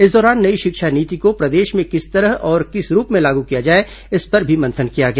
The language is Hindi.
इस दौरान नई शिक्षा नीति को प्रदेश में किस तरह और किस रूप में लागू किया जाए इस पर भी मंथन किया गया